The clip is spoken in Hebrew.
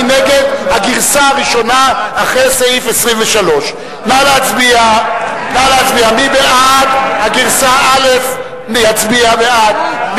מי נגד הגרסה הראשונה אחרי סעיף 23. מי שבעד גרסה א' יצביע בעד.